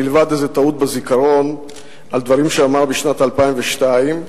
מלבד איזו טעות בזיכרון על דברים שאמר בשנת 2002. כיום,